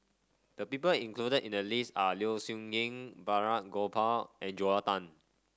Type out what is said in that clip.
the people included in the list are Low Siew Nghee Balraj Gopal and Joel Tan